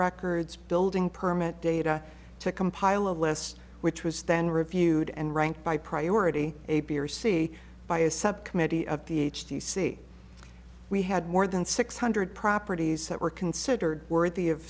records building permit data to compile a list which was then reviewed and ranked by priority a b or c by a subcommittee of the h t see we had more than six hundred properties that were considered worthy of